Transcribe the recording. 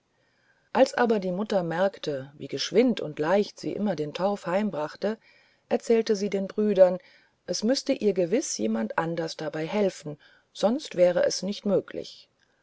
als aber die mutter merkte wie geschwind und leicht sie immer den torf heimbrachte erzählte sie den brüdern es müßte ihr gewiß jemand anders dabei helfen sonst wäre es nicht möglich